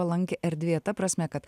palanki erdvė ta prasme kad